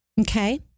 okay